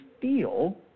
feel